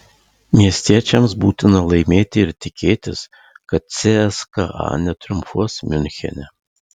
miestiečiams būtina laimėti ir tikėtis kad cska netriumfuos miunchene